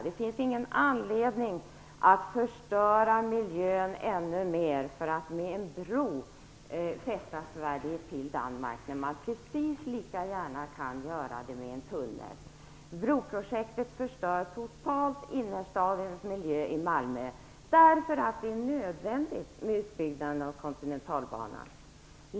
Det finns ingen anledning att förstöra miljön ännu mer för att med en bro fästa Sverige till Danmark, när man precis lika gärna kan göra det med en tunnel. Broprojektet förstör totalt innerstadens miljö i Malmö därför att det blir nödvändigt med en utbyggnad av kontinentalbanan.